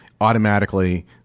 automatically